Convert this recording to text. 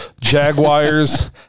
Jaguars